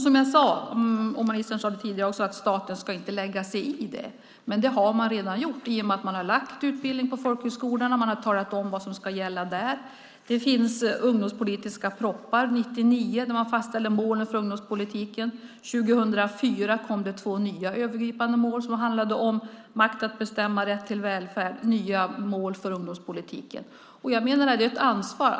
Som jag sade, och ministern sade det också tidigare, ska staten inte lägga sig i det. Men det har man redan gjort i och med att man lagt utbildningen på folkhögskolorna och talat om vad som ska gälla där. Det finns ungdomspolitiska propositioner. År 1999 fastställde man målen för ungdomspolitiken. År 2004 kom det två nya övergripande mål för ungdomspolitiken som handlade om makt att bestämma och rätt till välfärd.